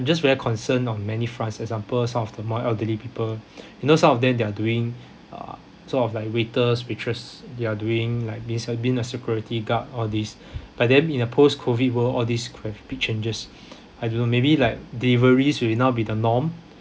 just very concerned on many fronts for example some of the more elderly people you know some of them they're doing uh sort of like waiters waitress they're doing like been se~ been a security guard all these but then in a post COVID world all these could have big changes I don't know maybe like deliveries will now be the norm